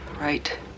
right